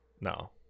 No